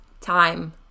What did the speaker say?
time